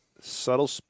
subtle